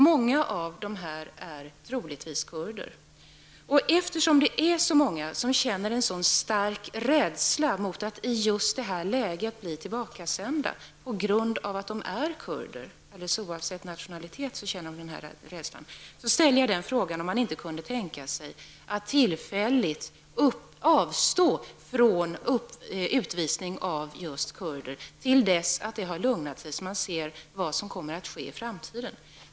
Många av dessa människor är troligtvis kurder. Eftersom det är så många som känner en så stark rädsla inför att just i det här läget bli tillbakasända på grund av att de är kurder, oavsett nationalitet, vill jag fråga om man inte kan tänka sig att tillfälligt avstå från utvisning av kurder till dess situationen har lugnat sig och man kan se vad som kommer att ske i framtiden.